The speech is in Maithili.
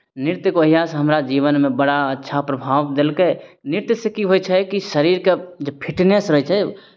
नृत्यके ओहियासँ हमर जीवनमे बड़ा अच्छा प्रभाव देलकै नृत्यसँ की होइ छै कि शरीरके जे फिटनेस रहै छै